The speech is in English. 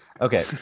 Okay